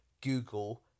Google